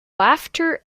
laughter